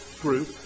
group